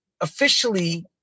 officially